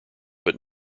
but